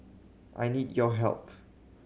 I need your help